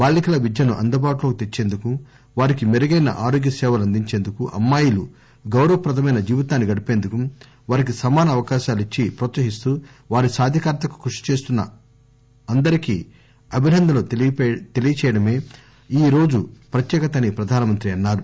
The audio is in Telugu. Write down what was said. బాలికల విద్యను అందుబాటులోకి తెచ్చేందుకు వారికి మెరుగైన ఆరోగ్య సేవలు అందించేందుకు అమ్మాయిలు గౌరవప్రదమైన జీవితాన్ని గడిపేందుకు వారికి సమాన అవకాశాలు ఇచ్చి ప్రోత్పహిస్తూ వారి సాధికారతకు కృషి చేస్తున్న అందరికీ అభినందనలు తెలపడమే ఈ రోజు ప్రత్యేకతని ప్రధాని అన్నారు